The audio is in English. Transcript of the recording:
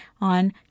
on